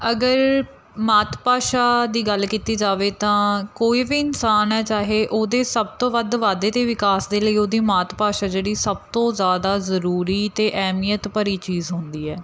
ਅਗਰ ਮਾਤ ਭਾਸ਼ਾ ਦੀ ਗੱਲ ਕੀਤੀ ਜਾਵੇ ਤਾਂ ਕੋਈ ਵੀ ਇਨਸਾਨ ਹੈ ਚਾਹੇ ਉਹਦੇ ਸਭ ਤੋਂ ਵੱਧ ਵਾਧੇ ਅਤੇ ਵਿਕਾਸ ਦੇ ਲਈ ਉਹਦੀ ਮਾਤ ਭਾਸ਼ਾ ਜਿਹੜੀ ਸਭ ਤੋਂ ਜ਼ਿਆਦਾ ਜ਼ਰੂਰੀ ਅਤੇ ਅਹਿਮੀਅਤ ਭਰੀ ਚੀਜ਼ ਹੁੰਦੀ ਹੈ